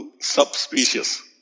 subspecies